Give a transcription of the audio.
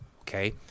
okay